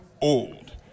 old